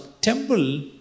temple